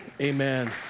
Amen